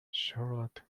charlotte